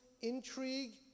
intrigue